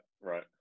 right